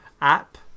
app